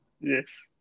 yes